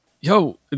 yo